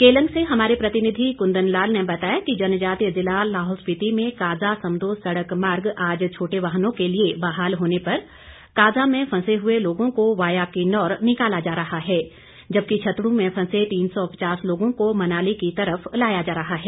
केलंग से हमारे प्रतिनिधि कुंदन लाल ने बताया कि जनजातीय जिला लाहौल स्पीति में काजा समदो सड़क मार्ग आज छोटे वाहनों के लिए बहाल होने पर काजा में फंसे हुए लोगों को वाया किन्नौर निकाला जा रहा है जबकि छतड़ू में फंसे लोगों को मनाली की तरफ लाया जा रहा है